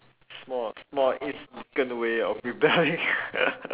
small small insignficant way of rebelling